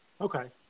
Okay